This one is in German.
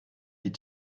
die